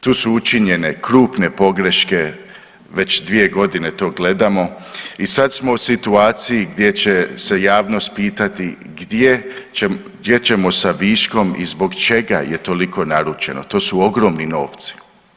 Tu su učinjene krupne pogreške, već 2.g. to gledamo i sad smo u situaciji gdje će se javnost pitati gdje ćemo sa viškom i zbog čega je toliko naručeno, to su ogromni novci.